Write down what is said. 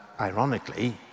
ironically